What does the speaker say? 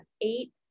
eight